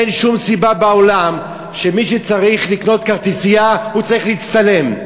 אין שום סיבה בעולם שמי שצריך לקנות כרטיסייה צריך להצטלם.